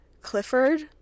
Clifford